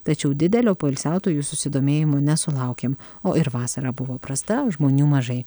tačiau didelio poilsiautojų susidomėjimo nesulaukėm o ir vasara buvo prasta žmonių mažai